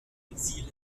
exils